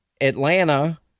Atlanta